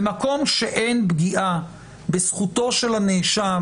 במקום שאין פגיעה בזכותו של הנאשם